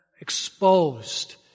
exposed